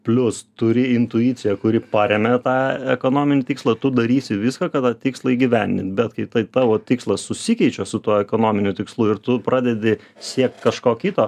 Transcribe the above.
plius turi intuiciją kuri paremia tą ekonominį tikslą tu darysi viską kad tą tikslą įgyvendint bet kai tai tavo tikslas susikeičia su tuo ekonominiu tikslu ir tu pradedi siekt kažko kito